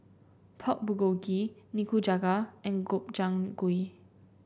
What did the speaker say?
Pork Bulgogi Nikujaga and Gobchang Gui